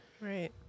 Right